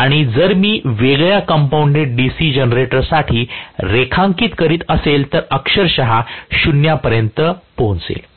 आणि जर मी वेगळ्या कंपौंडेड डीसी जनरेटरसाठी रेखांकन करीत असेल तर अक्षरशः 0 V पर्यंत पोहोचेल